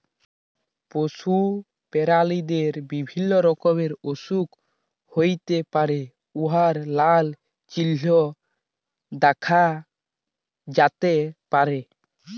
পশু পেরালিদের বিভিল্য রকমের অসুখ হ্যইতে পারে উয়ার লালা চিল্হ দ্যাখা যাতে পারে